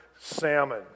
salmon